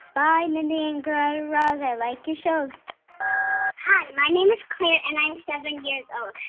bye, mindy and guy raz. i like your shows hi, my name is clair, and i'm seven years old.